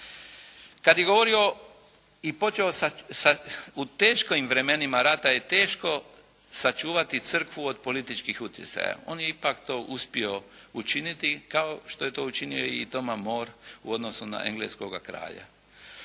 Kad je govorio i počeo sad u teškom vremenima rata je teško sačuvati Crkvu od političkih utjecaja, on je ipak to uspio učiniti, kao što je to učinio u Toma Moore u odnosu na engleskoga kralja.